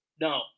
No